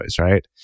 right